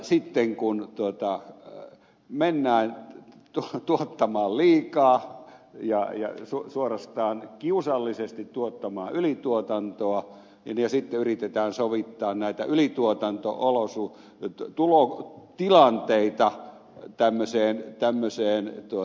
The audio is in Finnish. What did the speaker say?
sitten kun mennään tuottamaan liikaa ja suorastaan kiusallisesti tuottamaan ylituotantoa ja sitten yritetään sovittaa näitä ylituotanto olosuhteita tulokaan tilanteita yttämiseen tämmöseen tuo